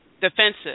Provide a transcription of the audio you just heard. defensive